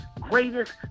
greatest